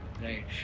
Right